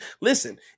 listen